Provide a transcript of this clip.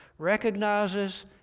Recognizes